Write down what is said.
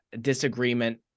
disagreement